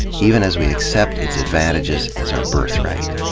even as we accept its advantages as our birthright.